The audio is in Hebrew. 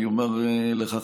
אני אומר לך,